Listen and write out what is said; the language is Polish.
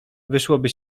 wyszłoby